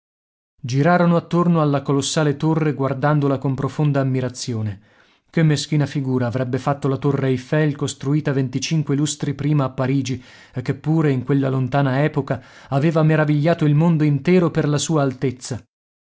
girarono attorno alla colossale torre guardandola con profonda ammirazione che meschina figura avrebbe fatto la torre eiffel costruita venticinque lustri prima a parigi e che pure in quella lontana epoca aveva meravigliato il mondo intero per la sua altezza